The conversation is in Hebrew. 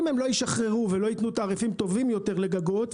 אם הם לא ישחררו ויתנו תעריפים טובים יותר לגגות,